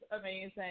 amazing